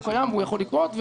הוא קיים והוא יכול לקרות.